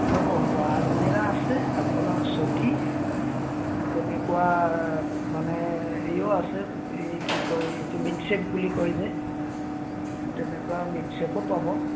হ'ব হ'ব আলমিৰা আছে আপোনাৰ চকী তেনেকুৱা মানে এইয়ো আছে এই কি কয় এইটো মিকচেপ বুলি কয় যে সেই তেনেকুৱা মিকচেপো পাব